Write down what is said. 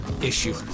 issue